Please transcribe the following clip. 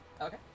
Okay